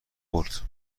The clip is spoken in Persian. برد